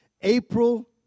April